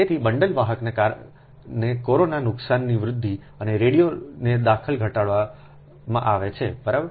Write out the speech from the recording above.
તેથી બંડલ વાહકને પણ કોરોના નુકસાનની વૃદ્ધિ અને રેડિયોના દખલને ઘટાડવામાં આવે છે બરાબર